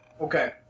Okay